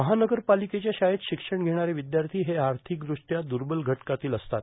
महानगरपालिकेच्या शाळेत शिक्षण घेणारे विद्यार्थी हे आर्थिकदृष्ट्या द्र्बल घटकातील असतात